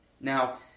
Now